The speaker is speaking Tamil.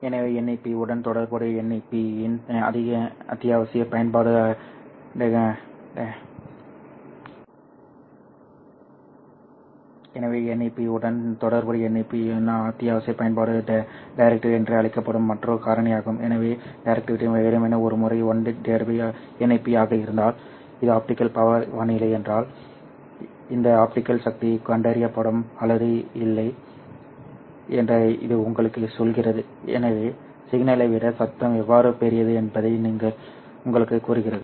எனவே NEP உடன் தொடர்புடைய NEP இன் அத்தியாவசிய பயன்பாடு டைரக்டிவிட்டி என்று அழைக்கப்படும் மற்றொரு காரணியாகும் எனவே டைரக்டிவிட்டி வெறுமனே ஒரு முறை 1 NEP ஆக இருந்தால் இது ஆப்டிகல் பவர் வானிலை என்றால் இந்த ஆப்டிகல் சக்தி கண்டறியப்படும் அல்லது இல்லை என்று இது உங்களுக்கு சொல்கிறது எனவே சிக்னலை விட சத்தம் எவ்வாறு பெரியது என்பதை இது உங்களுக்குக் கூறுகிறது